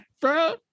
bro